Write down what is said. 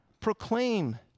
proclaim